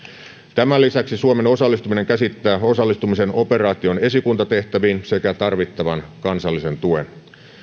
tämän lisäksi suomen osallistuminen käsittää osallistumisen operaation esikuntatehtäviin sekä tarvittavan kansallisen tuen